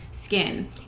skin